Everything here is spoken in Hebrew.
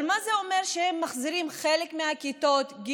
אבל מה זה אומר שהם מחזירים חלק מהכיתות בחזרה,